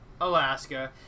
Alaska